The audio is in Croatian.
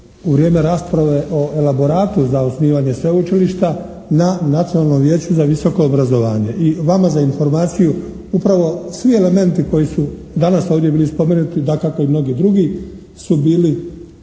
u vrijeme rasprave o Elaboratu za osnivanje sveučilišta na Nacionalnom vijeću za visoko obrazovanje. I vama za informaciju, upravo svi elementi koji su danas ovdje bili spomenuti, dakako i mnogi drugi, su bili